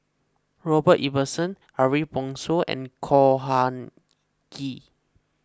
Robert Ibbetson Ariff Bongso and Khor Ghee